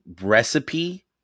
recipe